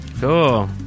Cool